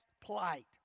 plight